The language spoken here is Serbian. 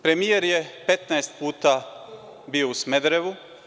Premijer je 15 puta bio u Smederevu.